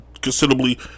considerably